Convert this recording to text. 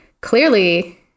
clearly